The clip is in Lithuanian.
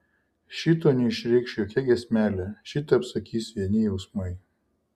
šito neišreikš jokia giesmelė šitą apsakys vieni jausmai